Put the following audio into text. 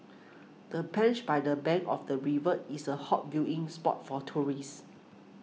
the bench by the bank of the river is a hot viewing spot for tourists